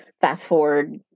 fast-forward